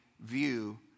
view